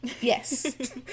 Yes